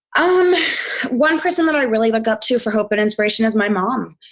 um one person that i really look up to for hope and inspiration is my mom.